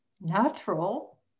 natural